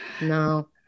No